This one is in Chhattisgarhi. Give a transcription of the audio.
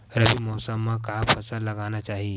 रबी मौसम म का फसल लगाना चहिए?